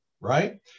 right